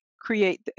create